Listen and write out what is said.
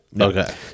Okay